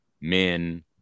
men